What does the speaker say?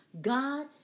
God